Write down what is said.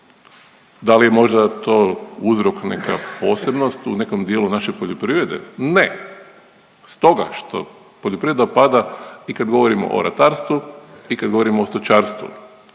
Da li je možda to uzrok nekakva posebnost u nekom dijelu naše poljoprivrede? Ne. Stoga što poljoprivreda pada i kad govorimo o ratarstvu i kad govorimo o stočarstvu.